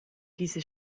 diese